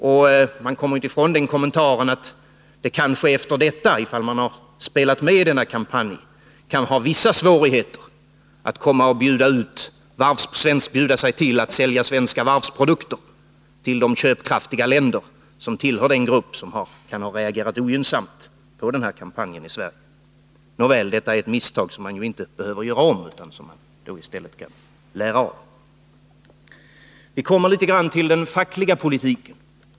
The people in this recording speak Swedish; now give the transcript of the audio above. Och jag kommer inte ifrån kommentaren att det kanske efter detta — om man har spelat med i denna kampanj — kan finnas vissa svårigheter att bjuda ut svenska varvsprodukter till de köpkraftiga länder som tillhör den grupp som kan ha reagerat ogynnsamt på den här kampanjen i Sverige. Nåväl, detta är ett misstag, som man inte behöver göra om utan i stället kan lära av. Jag vill också litet grand gå in på den fackliga politiken.